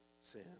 sin